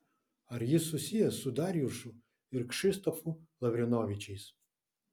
ar jis susijęs su darjušu ir kšištofu lavrinovičiais